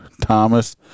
Thomas